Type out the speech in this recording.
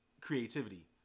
creativity